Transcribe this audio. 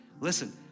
Listen